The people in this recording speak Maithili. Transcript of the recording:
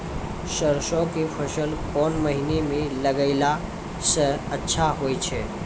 सरसों के फसल कोन महिना म लगैला सऽ अच्छा होय छै?